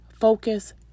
focus